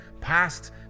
past